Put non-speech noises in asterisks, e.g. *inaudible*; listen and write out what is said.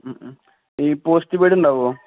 ഈ പോസ്റ്റ് *unintelligible* ഉണ്ടാകുമോ